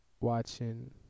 watching